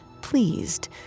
pleased